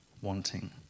wanting